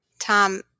Tom